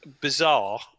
bizarre